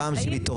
וכל פעם שמתעורר,